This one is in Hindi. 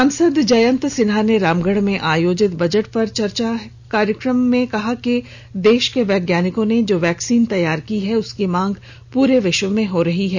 सांसद जयंत सिन्हा ने रामगढ़ में आयोजित बजट पर चर्चा कार्यक्रम में कहा कि देश वैज्ञानिकों ने जो वैक्सीन तैयार की है उसकी मांग पूरे विश्व में हो रही है